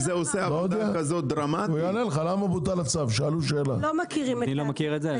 אני לא מכיר את זה.